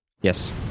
Yes